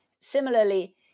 Similarly